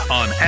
on